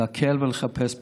להקל ולחפש פתרון.